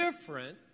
different